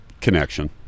connection